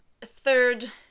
third